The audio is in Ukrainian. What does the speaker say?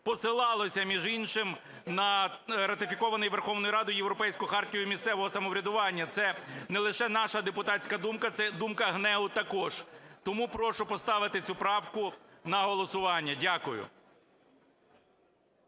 посилалося, між іншим, на ратифіковану Верховною Радою Європейську хартію місцевого самоврядування. Це не лише наша депутатська думка, це думка ГНЕУ також. Тому прошу поставити цю правку на голосування. Дякую.